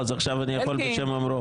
אז עכשיו אני יכול בשם אומרו,